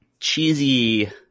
cheesy